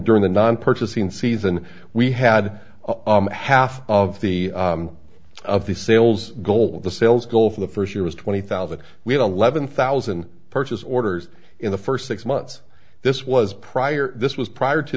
during the nine purchasing season we had half of the of the sales goal the sales goal for the first year was twenty thousand we had eleven thousand purchase orders in the first six months this was prior this was prior to